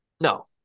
No